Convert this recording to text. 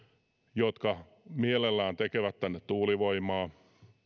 jotka mielellään tekevät tänne tuulivoimaa